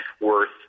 worth